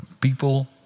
people